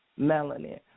melanin